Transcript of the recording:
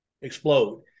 explode